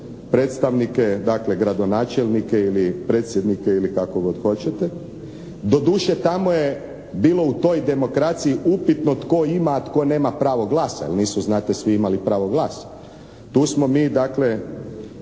predstavnike, dakle gradonačelnike ili predsjednike ili kako god hoćete. Doduše tamo je bilo u toj demokraciji upitno tko ima, a tko nema pravo glasa, jer nisu znate svi imali pravo glasa. Tu smo mi dakle